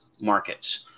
markets